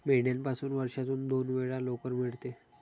मेंढ्यापासून वर्षातून दोन वेळा लोकर मिळते